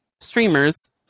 streamers